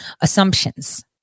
assumptions